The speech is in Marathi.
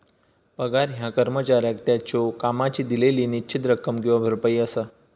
पगार ह्या कर्मचाऱ्याक त्याच्यो कामाची दिलेली निश्चित रक्कम किंवा भरपाई असा